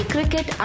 Cricket